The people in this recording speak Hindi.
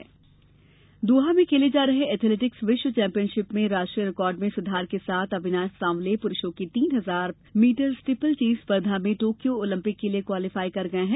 खेल दोहा में खेले जा रहे एथलेटिक्स विश्व चैंपियनशिप में राष्ट्रीय रिकार्ड में सुधार के साथ अविनाश सांवले पुरूषों की तीन हजार मीटर स्टीपल चेज स्पर्धा में टोक्यो ओलंपिक के लिये क्वालिफाई कर गये हैं